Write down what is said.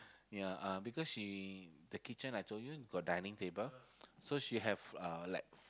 ya uh because she the kitchen I told you got dining table so she have uh like